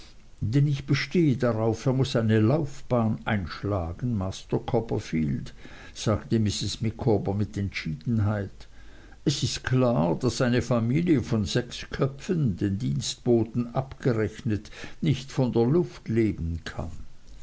denn ich bestehe darauf er muß eine laufbahn einschlagen master copperfield sagte mrs micawber mit entschiedenheit es ist klar daß eine familie von sechs köpfen den dienstboten abgerechnet nicht von der luft leben kann